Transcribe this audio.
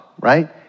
Right